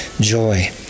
joy